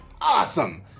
Awesome